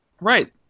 Right